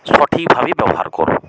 সঠিকভাবে ব্যবহার করো